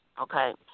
okay